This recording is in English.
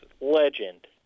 legend